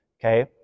Okay